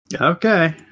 Okay